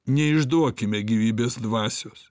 neišduokime gyvybės dvasios